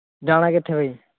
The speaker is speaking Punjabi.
ਜਾਣਾ ਕਿੱਥੇ ਵਈ